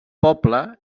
poble